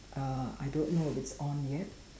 uh I don't know if it's on yet